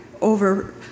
over